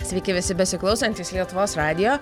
sveiki visi besiklausantys lietuvos radijo